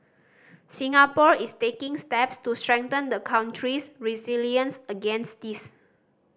Singapore is taking steps to strengthen the country's resilience against this